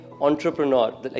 entrepreneur